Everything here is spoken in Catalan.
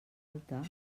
alta